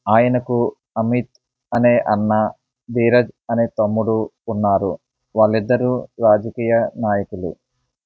ఆయనకు అమిత్ అనే అన్న ధీరజ్ అనే తమ్ముడు ఉన్నారు వాళ్ళిద్దరూ రాజకీయ నాయకులు